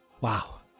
wow